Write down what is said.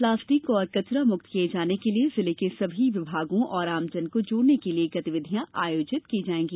plastic और कचरा मुक्त किये जाने के लिए जिले के सभी विभागों और आमजन को जोड़ने के लिए गतिविधियां आयोजित की जायेंगी